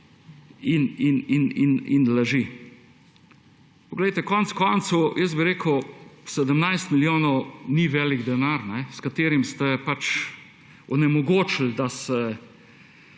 in laži. Poglejte, konec koncev bi rekel, 17 milijonov ni velik denar, s katerim ste pač onemogočili, da se